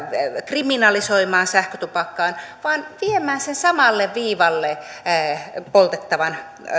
kriminalisoimaan sähkötupakkaa vaan viemään sen samalle viivalle poltettavan